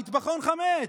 מטבחון חמץ,